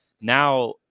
now